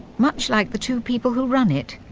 much like the two people who run it.